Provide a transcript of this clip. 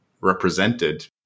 represented